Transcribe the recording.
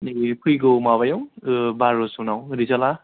नैबे फैगौ माबायाव बार' सनाव रिजाल्टआ